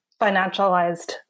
financialized